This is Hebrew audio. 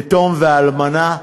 יתום ואלמנה,